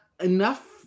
enough